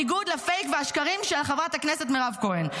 עוד בניגוד לפייק ולשקרים של חברת הכנסת מירב כהן.